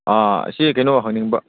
ꯑꯥ ꯑꯁꯤ ꯀꯩꯅꯣ ꯍꯪꯅꯤꯡꯕ